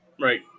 right